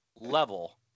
level